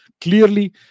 Clearly